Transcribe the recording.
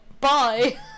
Bye